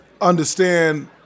understand